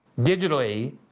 digitally